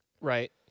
Right